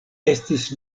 estis